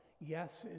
Yes